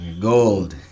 Gold